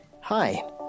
Hi